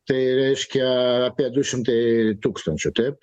tai reiškia apie du šimtai tūkstančių taip